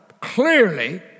clearly